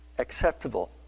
acceptable